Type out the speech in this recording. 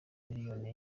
miliyoni